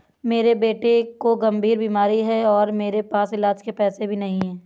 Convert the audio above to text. मेरे बेटे को गंभीर बीमारी है और मेरे पास इलाज के पैसे भी नहीं